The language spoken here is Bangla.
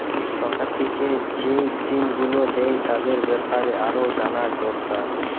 সরকার থিকে যেই স্কিম গুলো দ্যায় তাদের বেপারে আরো জানা দোরকার